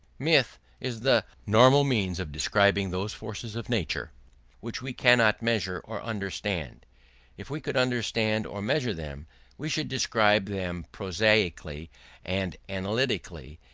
myth is the normal means of describing those forces of nature which we cannot measure or understand if we could understand or measure them we should describe them prosaically and analytically,